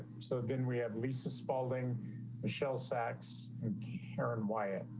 so again, we have lisa spalding a shell sacks and aaron wyatt,